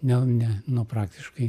ne ne nu praktiškai